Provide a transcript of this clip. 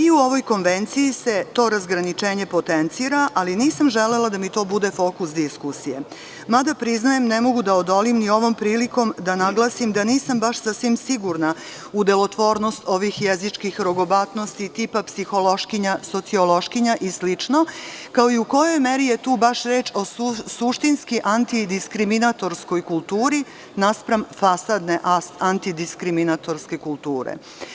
I u ovojKonvenciji se to razgraničenje potencira, ali nisam želela da mi to bude forkus diskusije, mada priznajem da ne mogu da odolim da ovom prilikom da naglasim da nisam baš sasvim sigurna u delotvornost ovih jezičkih rogobatnosti, tipa psihološkinja, sociološkinja i slično, kao i u kojoj meri je tu baš reč o suštinski antidiskriminatorskoj kulturi naspram fasadne antidiskriminatorske kulture.